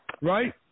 Right